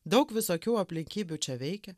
daug visokių aplinkybių čia veikia